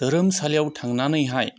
धोरोमसालियाव थांनानैहाय